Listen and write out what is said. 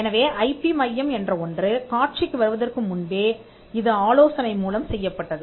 எனவே I P மையம் என்ற ஒன்று காட்சிக்கு வருவதற்கு முன்பே இது ஆலோசனை மூலம் செய்யப்பட்டது